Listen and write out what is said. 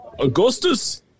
Augustus